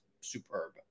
superb